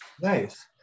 nice